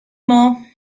more